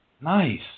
Nice